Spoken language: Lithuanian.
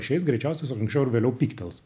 išeis greičiausiai anksčiau ar vėliau pyktels